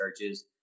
churches